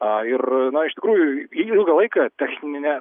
a ir na iš tikrųjų ilgą laiką techninė